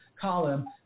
column